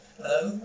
Hello